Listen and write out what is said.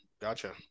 Gotcha